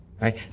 right